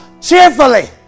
Cheerfully